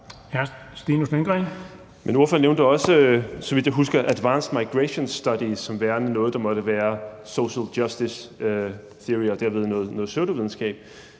Stinus Lindgreen (RV): Men ordføreren nævnte også, så vidt jeg husker, advanced migration studies som værende noget, der måtte være social justice theory og dermed noget pseudovidenskab.